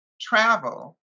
travel